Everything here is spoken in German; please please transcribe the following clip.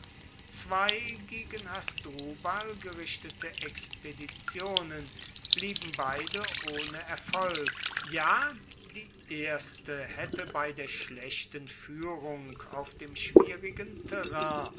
zwei gegen hasdrubal gerichtete expeditionen blieben beide ohne erfolg ja die erste hätte bei der schlechten führung auf dem schwierigen terrain